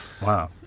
Wow